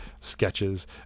sketches